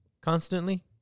constantly